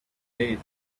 days